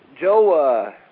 Joe